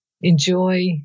enjoy